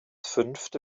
fünfte